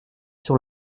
sur